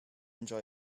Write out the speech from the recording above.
enjoy